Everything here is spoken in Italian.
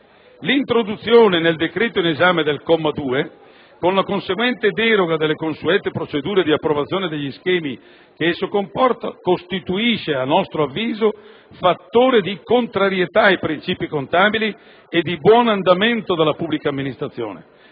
L'introduzione nel decreto in esame del comma 2, con la conseguente deroga alle consuete procedure di approvazione degli schemi che esso comporta, costituisce a nostro avviso un fattore di contrarietà ai princìpi contabili e di buon andamento della pubblica amministrazione,